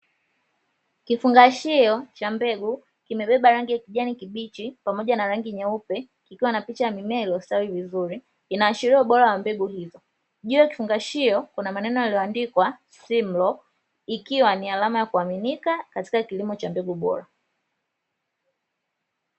Kifungashio cha mbegu kimebeba rangi ya kijani kibichi, pamoja na rangi nyeupe, kikiwa na picha ya mimea iliyostawi vizuri, inaashiria ubora wa mbegu hizo. Juu ya kifungashio kuna maneno yaliyoandikwa “Sim law” ikiwa ni alama ya kuaminika katika kilimo cha mbegu bora.